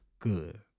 Good